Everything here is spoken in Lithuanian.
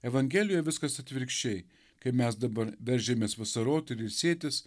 evangelijoj viskas atvirkščiai kai mes dabar veržiamės vasaroti ir ilsėtis